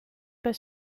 pas